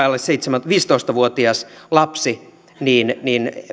alle viisitoista vuotias lapsi niin niin